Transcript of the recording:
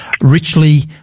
richly